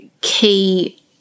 key